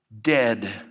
dead